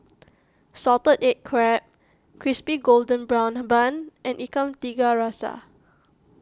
Salted Egg Crab Crispy Golden Brown Bun and Ikan Tiga Rasa